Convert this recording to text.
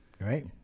Right